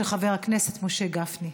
של חבר הכנסת משה גפני.